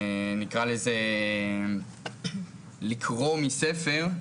נקרא לזה, לקרוא מספר,